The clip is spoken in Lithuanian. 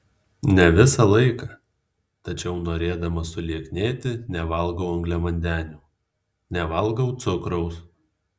ne visą laiką tačiau norėdama sulieknėti nevalgau angliavandenių nevalgau cukraus